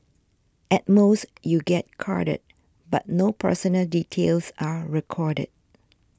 at most you get carded but no personal details are recorded